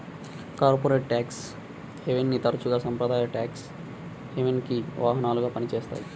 corporate tax హెవెన్ని తరచుగా సాంప్రదాయ ట్యేక్స్ హెవెన్కి వాహనాలుగా పనిచేస్తాయి